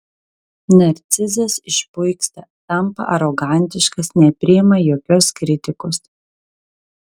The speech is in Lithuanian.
narcizas išpuiksta tampa arogantiškas nepriima jokios kritikos